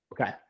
Okay